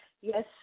Yes